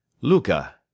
Luca